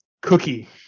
cookie